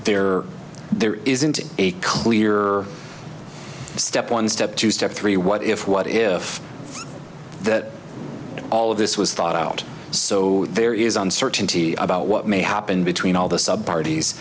there there isn't a clear step one step two step three what if what if that all of this was thought out so there is uncertainty about what may happen between all the sub bart